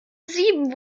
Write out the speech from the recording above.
sieben